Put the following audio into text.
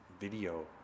video